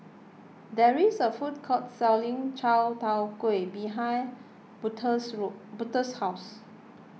there is a food court selling Chai Tow Kuay behind Butler's Butler's house